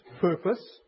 purpose